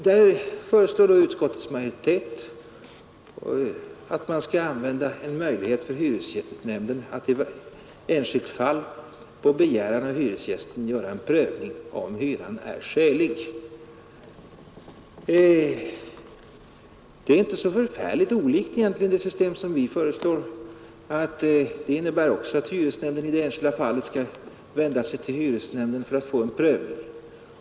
Där föreslår utskottets majoritet att man skall införa en möjlighet för hyresnämnden att i varje enskilt fall på begäran av hyresgästen göra en prövning av om hyran är skälig. Detta system är egentligen inte så olikt det vi föreslår — vårt system innebär också att hyresgästen i det enskilda fallet skall vända sig till hyresnämnden för att få en prövning.